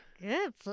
Good